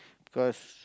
because